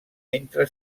entre